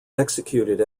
executed